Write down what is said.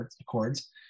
Accords